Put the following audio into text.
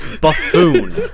buffoon